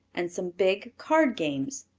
and some big card games.